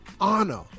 honor